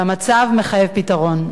והמצב מחייב פתרון.